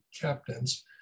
captains